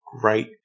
great